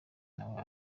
nawe